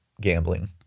gambling